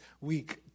week